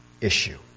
issue